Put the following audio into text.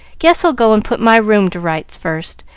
guess i'll go and put my room to rights first,